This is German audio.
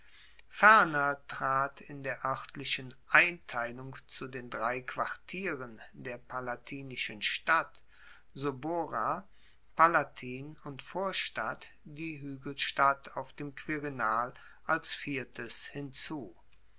ferner trat in der oertlichen einteilung zu den drei quartieren der palatinischen stadt subura palatin und vorstadt die huegelstadt auf dem quirinal als viertes hinzu